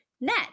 net